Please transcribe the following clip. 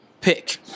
Pick